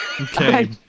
Okay